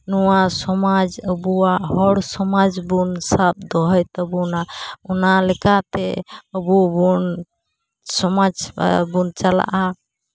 ᱱᱚᱣᱟ ᱥᱚᱢᱟᱡᱽ ᱟᱵᱚᱣᱟᱜ ᱦᱚᱲ ᱥᱚᱢᱟᱡᱽ ᱵᱚᱱ ᱥᱟᱵ ᱫᱚᱦᱚᱭ ᱛᱟᱵᱚᱱᱟ ᱚᱱᱟ ᱞᱮᱠᱟᱛᱮ ᱟᱵᱚ ᱵᱚᱱ ᱥᱚᱢᱟᱡᱽ ᱵᱚᱱ ᱪᱟᱞᱟᱜᱼᱟ